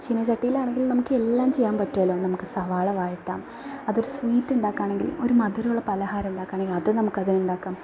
ചീനച്ചട്ടിയിലാണെങ്കിൽ നമുക്കെല്ലാം ചെയ്യാൻ പറ്റുമല്ലൊ നമുക്ക് സവാള വഴറ്റാം അതൊരു സ്വീറ്റുണ്ടാക്കുകയാണെങ്കിൽ ഒരു മധുരമുള്ള പലഹാരുണ്ടാക്കുകയാണേ അത് നമുക്കതിലുണ്ടാക്കാം